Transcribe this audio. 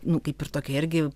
nu kaip ir tokia irgi